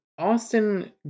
Austin